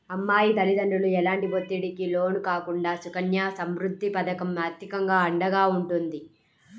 అమ్మాయి తల్లిదండ్రులు ఎలాంటి ఒత్తిడికి లోను కాకుండా సుకన్య సమృద్ధి పథకం ఆర్థికంగా అండగా ఉంటుంది